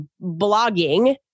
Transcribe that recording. blogging